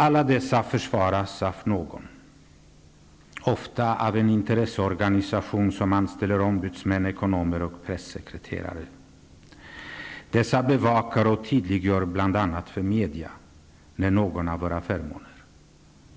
Alla dessa försvaras av någon, ofta av en intresseorganisation som anställer ombudsmän, ekonomer och pressekreterare. Dessa bevakar och tydliggör, bl.a. för media, när någon av våra förmåner